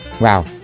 Wow